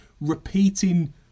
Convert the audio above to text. repeating